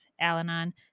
Al-Anon